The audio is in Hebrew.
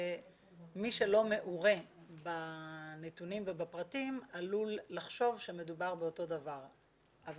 שמי שלא מעורה בנתונים ובפרטים עלול לחשוב שמדובר באותו הדבר אבל